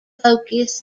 focus